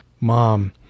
mom